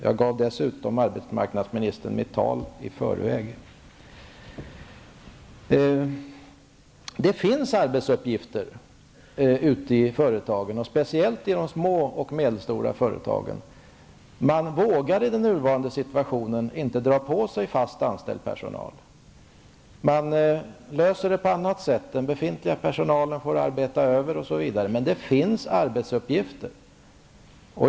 Jag har dessutom gett arbetsmarknadsministern mitt tal i förväg. Det finns arbetsuppgifter ute på företagen, särskilt i de små och medelstora företagen. Man vågar i den nuvarande situationen inte dra på sig fast anställd personal. Man löser det på annat sätt. Den befintliga personalen får arbeta över osv., men det finns arbetsuppgifter.